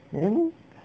really meh